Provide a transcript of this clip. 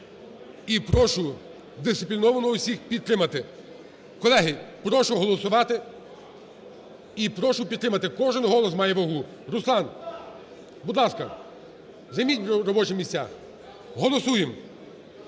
І прошу дисципліновано усіх підтримати. Колеги, прошу голосувати і прошу підтримати, кожен голос має вагу. Руслан! Будь ласка, займіть робочі місця. Голосуємо!